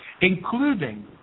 including